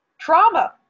Trauma